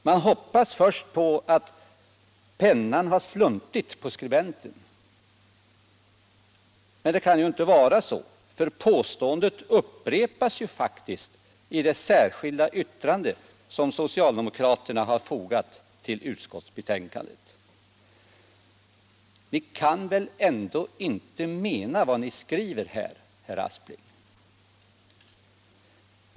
Man hoppas först på att pennan har sluntit i handen på skribenten, men det kan ju inte vara så, eftersom påståendet faktiskt upprepas i det särskilda yttrande som socialdemokraterna har fogat till utskottsbetänkandet. Men ni kan väl ändå inte mena vad ni säger här, herr Aspling?